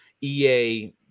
EA